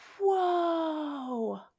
Whoa